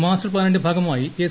master പ്ലാനിന്റെ ഭാഗമായി S